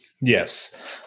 Yes